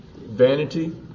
Vanity